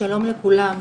שלום לכולם.